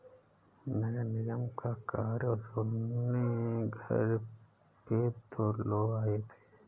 नगर निगम का कर वसूलने घर पे दो लोग आए थे